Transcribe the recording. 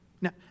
Now